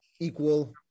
equal